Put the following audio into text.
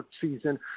season